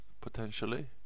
potentially